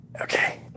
Okay